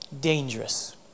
dangerous